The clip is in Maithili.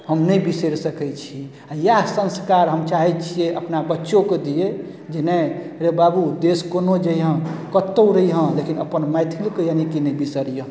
हम नहि बिसरि सकै छी आओर इएह सँस्कार हम चाहै छिए अपना बच्चोके दिए जे नहि रे बाबू देश कोनो जइहेँ कतहु रहिहेँ लेकिन अपन मैथिलीके यानीकि नहि बिसरिहेँ